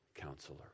counselor